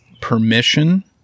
permission